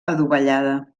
adovellada